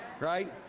Right